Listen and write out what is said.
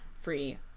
free